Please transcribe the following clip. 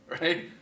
right